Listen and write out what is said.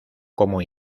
como